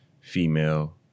female